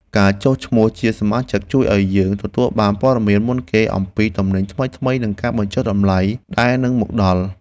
ការចុះឈ្មោះជាសមាជិកជួយឱ្យយើងទទួលបានព័ត៌មានមុនគេអំពីទំនិញថ្មីៗនិងការបញ្ចុះតម្លៃដែលនឹងមកដល់។